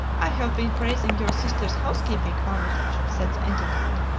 i have been praising your sisters' house-keeping, armitage, said the intendant.